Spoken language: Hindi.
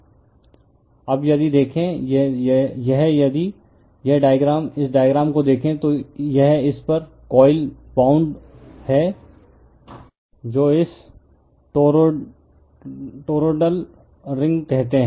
रिफर स्लाइड टाइम 0926 अब यदि देखें यह यदि यह डायग्राम इस डायग्राम को देखें तो यह इस पर कोइल वाउंड है जो इस टॉरॉयडल रिंग को कहते हैं